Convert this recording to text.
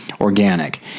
organic